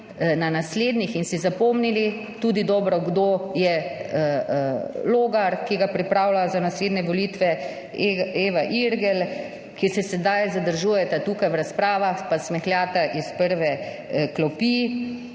na naslednjih in si zapomnili, kdo je Logar, ki ga pripravljajo za naslednje volitve, in Eva Irgl, ki se sedaj združujeta tukaj v razpravah in smehljata iz prve klopi,